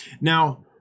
Now